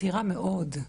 צעירה מאוד.